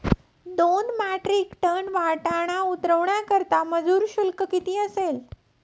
दोन metric ton वाटाणा उतरवण्याकरता मजूर शुल्क किती असेल?